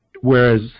Whereas